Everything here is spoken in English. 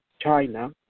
China